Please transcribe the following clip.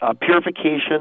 purification